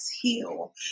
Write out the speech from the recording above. Heal